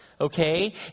Okay